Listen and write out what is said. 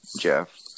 Jeff